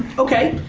okay,